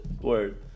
word